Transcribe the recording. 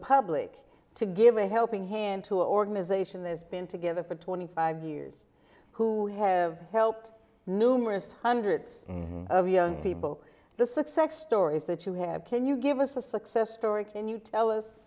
public to give a helping hand to organization that's been together for twenty five years who have helped numerous hundreds of young people the success stories that you have can you give us a success story can you tell us